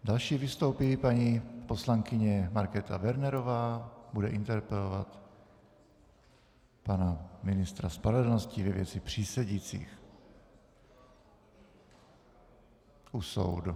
Další vystoupí paní poslankyně Markéta Wernerová, bude interpelovat pana ministra spravedlnosti ve věci přísedících u soudu.